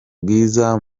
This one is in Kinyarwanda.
bwiza